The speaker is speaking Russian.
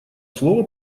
слово